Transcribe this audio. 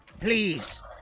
Please